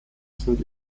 sind